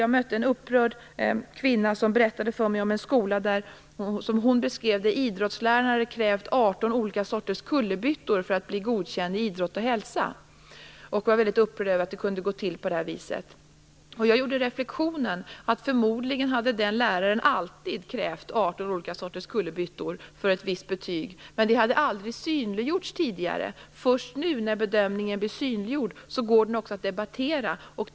Jag mötte en upprörd kvinna som berättade för mig om en skola där idrottsläraren, som hon beskrev det, hade krävt 18 olika sorters kullerbyttor för att ge godkänt i idrott och hälsa. Hon var mycket upprörd över att det kunde gå till på det här viset. Jag gjorde reflexionen att den läraren förmodligen alltid hade krävt 18 olika sorters kullerbyttor för ett visst betyg. Men det hade aldrig synliggjorts tidigare. Först nu när bedömningen blir synliggjord går den också att debattera.